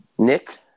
Nick